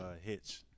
Hitch